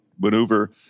maneuver